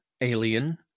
Alien